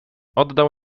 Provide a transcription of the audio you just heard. oddał